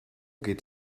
geht